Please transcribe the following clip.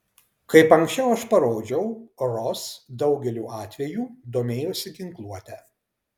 kaip ankščiau aš parodžiau ros daugeliu atvejų domėjosi ginkluote